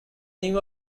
new